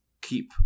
keep